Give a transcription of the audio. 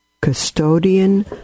custodian